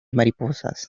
mariposas